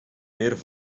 meer